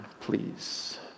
please